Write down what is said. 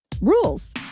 Rules